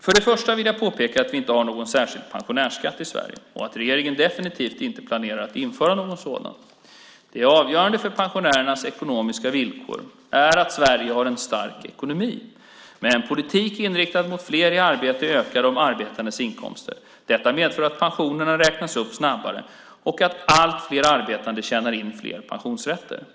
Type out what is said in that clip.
För det första vill jag påpeka att vi inte har någon särskild pensionärsskatt i Sverige och att regeringen definitivt inte planerar att införa någon sådan. Det avgörande för pensionärernas ekonomiska villkor är att Sverige har en stark ekonomi. Med en politik inriktad mot att få fler i arbete ökar de arbetandes inkomster. Detta medför att pensionerna räknas upp snabbare och att allt fler arbetande tjänar in fler pensionsrätter.